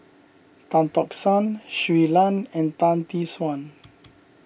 Tan Tock San Shui Lan and Tan Tee Suan